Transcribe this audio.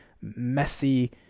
messy